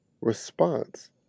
response